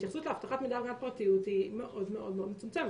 ההתייחסות לאבטחת מידע והגנת הפרטיות היא מאוד מאוד מצומצמת.